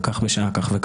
בשעה ........